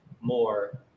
more